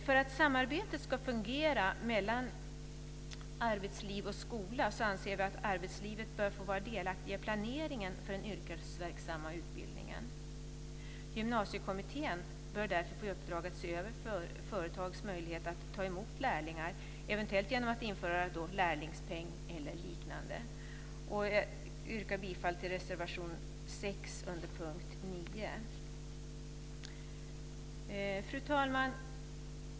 För att samarbetet ska fungera mellan arbetsliv och skola anser vi att arbetslivet bör få vara delaktigt i planeringen för den yrkesverksamma utbildningen. Gymnasiekommittén bör därför få i uppdrag att se över företags möjlighet att ta emot lärlingar, eventuellt genom att lärlingspeng eller liknande införs. Jag yrkar bifall till reservation 6 under punkt 9. Fru talman!